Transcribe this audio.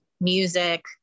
music